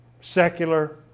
secular